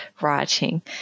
writing